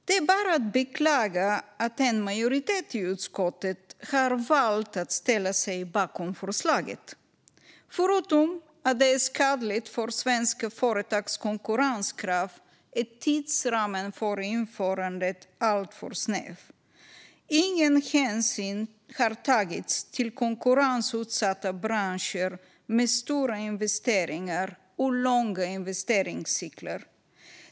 Det är bara att beklaga att en majoritet i utskottet har valt att ställa sig bakom förslaget. Förutom att det är skadligt för svenska företags konkurrenskraft är tidsramen för införandet alltför snäv. Ingen hänsyn har tagits till konkurrensutsatta branscher med stora investeringar och långa investeringscykler.